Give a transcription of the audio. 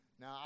Now